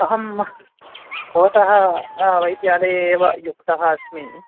अहं भवतः वैद्यालये एव युक्तः अस्मि